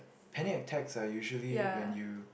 panic attacks are usually when you